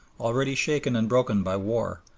already shaken and broken by war,